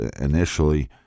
initially